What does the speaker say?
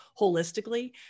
holistically